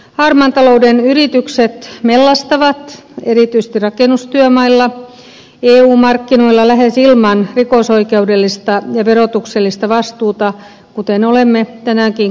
harmaan talouden yritykset mellastavat erityisesti rakennustyömailla eu markkinoilla lähes ilman rikosoikeudellista ja verotuksellista vastuuta kuten olemme tänäänkin kuulleet